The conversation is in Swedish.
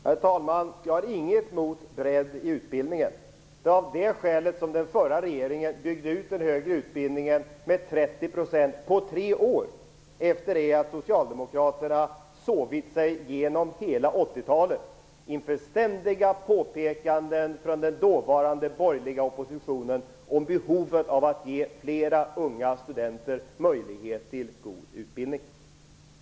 Herr talman! Jag har inget emot bredd i utbildningen. Det är av det skälet som den förra regeringen byggde ut den högre utbildningen med 30 % på tre år, efter det att Socialdemokraterna sovit sig igenom hela 80-talet inför ständiga påpekanden från den dåvarande borgerliga oppositionen om behovet av att ge fler unga studenter möjlighet till god utbildning.